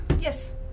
yes